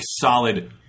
solid